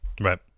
right